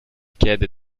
chiede